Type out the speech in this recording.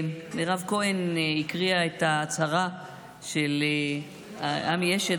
מירב כהן הקריאה את ההצהרה של עמי אשד,